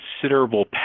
considerable